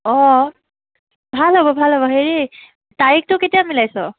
অঁ ভাল হ'ব ভাল হ'ব হেৰি তাৰিখটো কেতিয়া মিলাইছ